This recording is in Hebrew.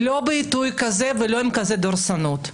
לא בעיתוי כזה ולא עם דורסנות כזאת.